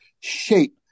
shape